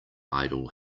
idle